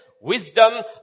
wisdom